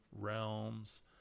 realms